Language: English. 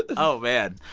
oh, man.